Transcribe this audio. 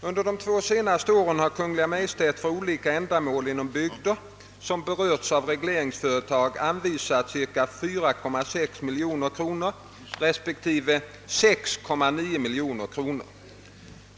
Under de två senaste åren har Kungl. Maj:t för olika ändamål inom bygder, som berörts av regleringsföretag, anvisat cirka 4,6 miljoner kronor respektive cirka 6,9 miljoner kronor.